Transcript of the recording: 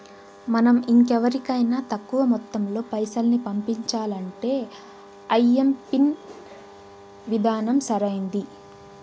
మనం ఇంకెవరికైనా తక్కువ మొత్తంలో పైసల్ని పంపించాలంటే ఐఎంపిన్ విధానం సరైంది